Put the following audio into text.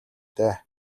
дээ